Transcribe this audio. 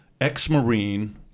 Ex-Marine